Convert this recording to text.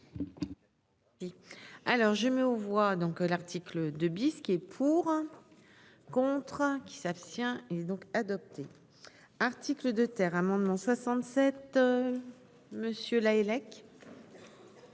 Alors je mets aux voix donc l'article de. Ce qui est pour. Contraint. Qui s'abstient et donc adopté. Article de terre amendement 67. Monsieur Lahellec.